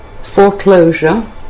foreclosure